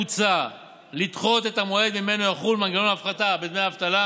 מוצע לדחות את המועד שממנו יחול מנגנון ההפחתה בדמי אבטלה